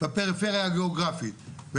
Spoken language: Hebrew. בפריפריה הגיאוגרפית.